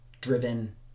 driven